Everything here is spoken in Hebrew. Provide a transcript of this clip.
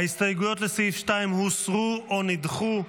ההסתייגויות לסעיף 2 הוסרו או נדחו,